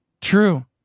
True